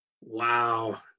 wow